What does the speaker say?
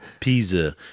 Pizza